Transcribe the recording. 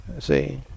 See